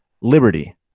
Liberty